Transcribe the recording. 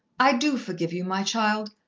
i do forgive you, my child,